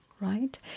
Right